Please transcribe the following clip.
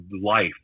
life